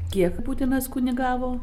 kiek putinas kunigavo